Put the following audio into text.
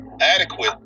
adequate